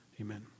Amen